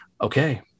okay